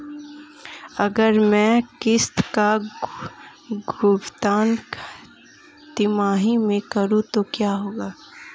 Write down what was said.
अगर मैं किश्त का भुगतान तिमाही में करूं तो क्या होगा?